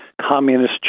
communist